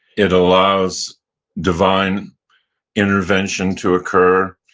it allows divine intervention to occur.